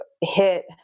hit